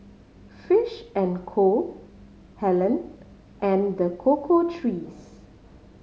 Fish and Co Helen and The Cocoa Trees